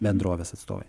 bendrovės atstovai